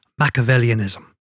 Machiavellianism